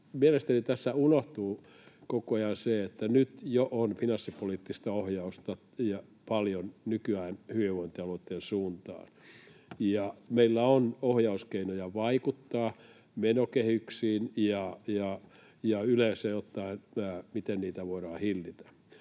Mielestäni tässä unohtuu koko ajan se, että nyt jo nykyään on finanssipoliittista ohjausta paljon hyvinvointialueitten suuntaan, ja meillä on ohjauskeinoja vaikuttaa menokehyksiin ja yleisesti ottaen siihen, miten niitä voidaan hillitä.